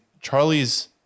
Charlie's